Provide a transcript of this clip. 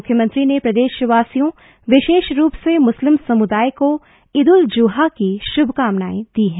मुख्यमंत्री ने प्रदेशवासियों विशेष रूप से मुस्लिम समुदाय को ईद उल जुहा की शुभकामनाएं दी हैं